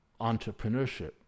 entrepreneurship